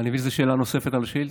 אני מבין שזו שאלה נוספת על השאילתה.